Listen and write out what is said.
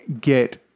get